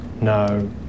No